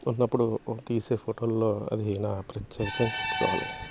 ఉన్నప్పుడు తీసే ఫోటోల్లో అది నా ప్రత్యేకత చెప్పుకోవాలి